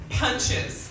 punches